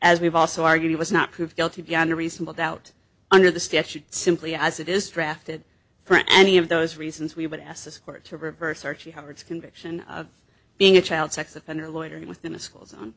as we've also argued it was not proved guilty beyond a reasonable doubt under the statute simply as it is drafted for any of those reasons we would ask this court to reverse archie howard's conviction of being a child sex offender loitering within a school